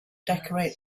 decorate